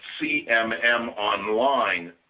C-M-M-Online